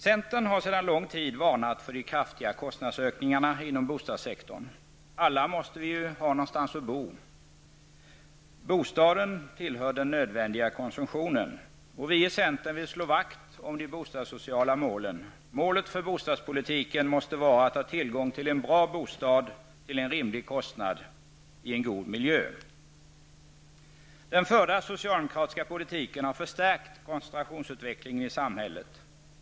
Centern har en längre tid varnat för de kraftiga kostnadsökningarna inom bostadssektorn. Alla måste vi ju ha någonstans att bo. Bostaden tillhör den nödvändiga konsumtionen. Vi i centern vill slå vakt om de bostadssociala målen. Målet för bostadspolitiken måste vara att ha tillgång till en bra bostad till en rimlig kostnad i en god miljö. Den förda socialdemokratiska politiken har förstärkt koncentrationsutvecklingen i samhället.